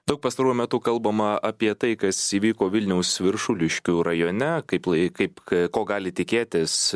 daug pastaruoju metu kalbama apie tai kas įvyko vilniaus viršuliškių rajone kaip lai kaip ko gali tikėtis